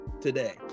today